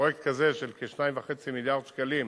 פרויקט כזה של כ-2.5 מיליארד שקלים,